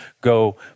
go